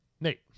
Nate